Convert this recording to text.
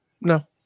No